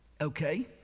Okay